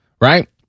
Right